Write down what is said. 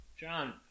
John